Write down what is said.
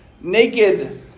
naked